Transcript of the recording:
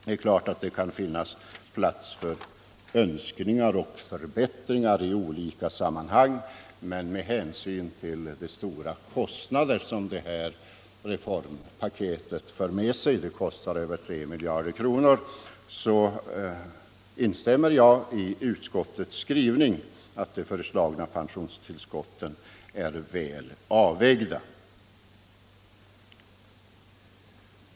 Man kan givetvis alltid framföra sina önskningar och förslag om förbättringar, men med hänsyn till de stora kostnader som hela detta reformpaket drar med sig — det kostar över 3 miljarder kronor — delar jag utskottsmajoritetens uppfattning att de föreslagna pensionstillskotten är väl avvägda.